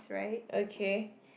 okay